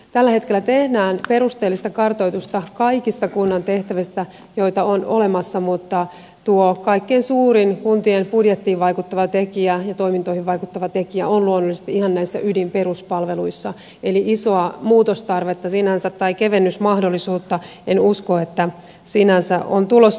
tällä hetkellä tehdään perusteellista kartoitusta kaikista kunnan tehtävistä joita on olemassa mutta tuo kaikkein suurin kuntien budjettiin vaikuttava tekijä ja toimintoihin vaikuttava tekijä on luonnollisesti ihan näissä ydin peruspalveluissa eli en usko että isoa muutostarvetta tai kevennysmahdollisuutta sinänsä on tulossa